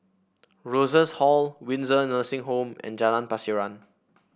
Rosas Hall Windsor Nursing Home and Jalan Pasiran